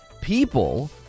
people